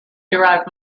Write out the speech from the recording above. derive